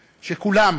שכולם,